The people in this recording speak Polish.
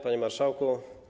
Panie Marszałku!